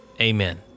amen